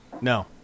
No